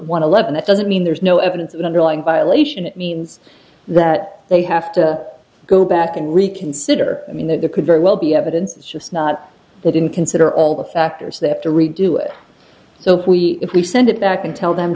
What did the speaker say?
one eleven that doesn't mean there is no evidence of an underlying violation it means that they have to go back and reconsider i mean that there could very well be evidence it's just not they didn't consider all the factors they have to redo it so we if we send it back and tell them